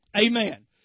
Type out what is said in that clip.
Amen